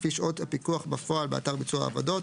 לפי שעות הפיקוח בפועל באתר ביצוע העבודות,